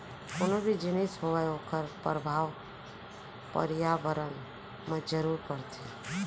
कोनो भी जिनिस होवय ओखर परभाव परयाबरन म जरूर परथे